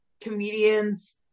comedians